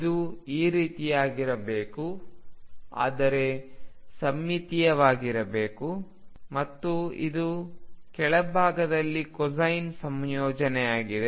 ಇದು ಈ ರೀತಿಯಾಗಿರಬಹುದು ಆದರೆ ಸಮ್ಮಿತೀಯವಾಗಿರಬಹುದು ಮತ್ತು ಇದು ಕೆಳಭಾಗದಲ್ಲಿ ಕೊಸೈನ್ ಸಂಯೋಜನೆಯಾಗಿದೆ